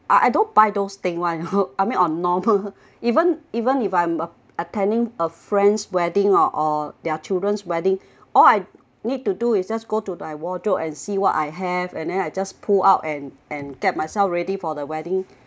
I I don't buy those thing [one] I mean on normal even even if I'm attending a friend's wedding orh or their children's wedding all I need to do is just go to my wardrobe and see what I have and then I just pull out and and get myself ready for the wedding